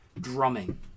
drumming